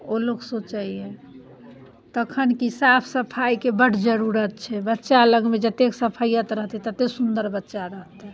ओ लोक सोचैए तखन कि साफ सफाइके बड्ड जरूरत छै बच्चा लगमे जतेक सफैअत रहतै ततेक सुन्दर बच्चा रहतै